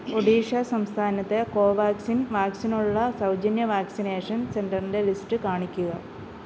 ഒഡീഷ സംസ്ഥാനത്ത് കോവാക്സിൻ വാക്സിൻ ഉള്ള സൗജന്യ വാക്സിനേഷൻ സെൻ്ററിൻ്റെ ലിസ്റ്റ് കാണിക്കുക